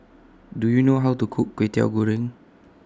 Do YOU know How to Cook Kway Teow Goreng